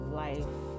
life